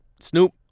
Snoop